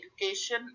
education